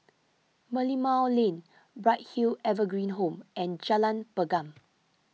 Merlimau Lane Bright Hill Evergreen Home and Jalan Pergam